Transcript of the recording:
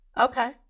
Okay